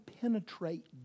penetrate